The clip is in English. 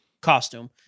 costume